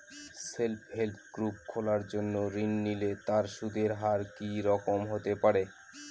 Self help group খোলার জন্য ঋণ নিলে তার সুদের হার কি রকম হতে পারে?